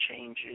changes